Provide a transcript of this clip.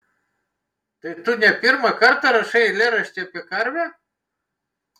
tai tu ne pirmą kartą rašai eilėraštį apie karvę